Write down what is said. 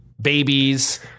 babies